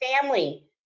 family